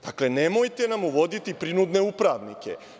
Dakle, nemojte nam uvoditi prinudne upravnike.